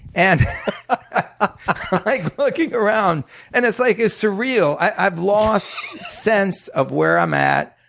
and ah like looking around and it's like it's surreal. i've lost sense of where i'm at.